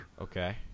Okay